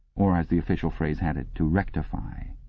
or, as the official phrase had it, to rectify.